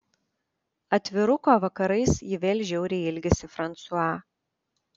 atviruko vakarais ji vėl žiauriai ilgisi fransua